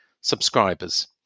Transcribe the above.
subscribers